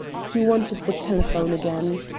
he wanted the telephone again.